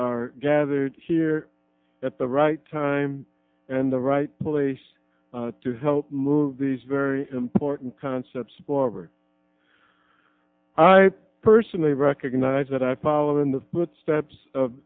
are gathered here at the right time and the right place to help move these very important concepts barbour i personally recognize that i fall in the footsteps of